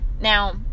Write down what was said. Now